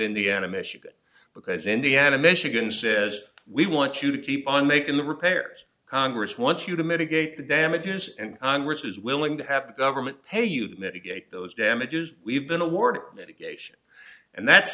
ship because indiana michigan says we want you to keep on making the repairs congress want you to mitigate the damages and congress is willing to have the government pay you to mitigate those damages we've been awarded medication and that's